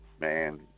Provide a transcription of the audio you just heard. man